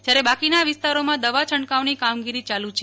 જયારે બાકીના વિસ્તારોમાં દવા છંટકાવની કામગીરી ચાલુ છે